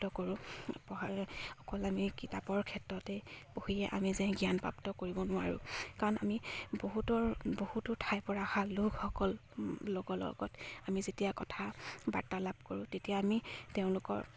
কৰোঁ পঢ়া অকল আমি কিতাপৰ ক্ষেত্ৰতে পঢ়িয়ে আমি যে জ্ঞানপ্ৰাপ্ত কৰিব নোৱাৰোঁ কাৰণ আমি বহুতৰ বহুতো ঠাই পৰা অহা লোকসকলৰ লগৰ লগত আমি যেতিয়া কথা বাৰ্তালাপ কৰোঁ তেতিয়া আমি তেওঁলোকৰ